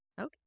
Okay